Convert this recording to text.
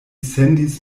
sendis